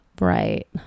Right